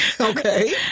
Okay